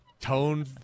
Tone